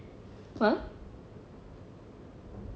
uh